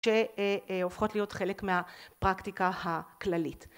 שהופכות להיות חלק מהפרקטיקה הכללית.